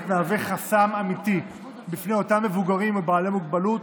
מהווה חסם אמיתי בפני אותם מבוגרים או בעלי מוגבלות,